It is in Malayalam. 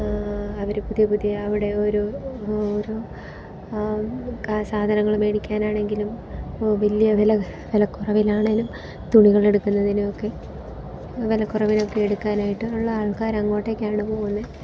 അവർ പുതിയ പുതിയ അവിടെ ഒരു ഓരോ സാധനങ്ങൾ മേടിക്കാനാണെങ്കിലും അപ്പോ വലിയ വില വിലക്കറവായാലും തുണികളെടുക്കുന്നതിനൊക്കെ വിലറവിലൊക്കെ എടുക്കാനായിട്ട് ഉള്ളത് ആൾക്കാർ അങ്ങോട്ടേക്കാണ് പോകുന്നത്